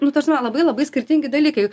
nu ta prasme labai labai skirtingi dalykai